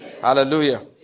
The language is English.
Hallelujah